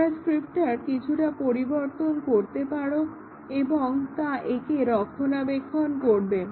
তোমরা স্ক্রিপ্টটার কিছুটা পরিবর্তন করতে পারো এবং তা একে রক্ষণাবেক্ষণ করবে